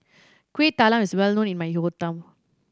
Kueh Talam is well known in my hometown